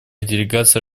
делегация